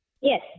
Yes